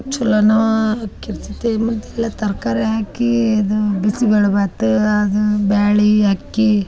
ಚಲೋನ ಆಕಿರ್ತೈತಿ ಮತ್ತೆ ಎಲ್ಲ ತರಕಾರಿ ಹಾಕಿ ಇದು ಬಿಸಿಬೇಳೆಬಾತ ಅದು ಬ್ಯಾಳಿ ಅಕ್ಕಿ